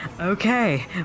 Okay